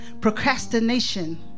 procrastination